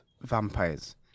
vampires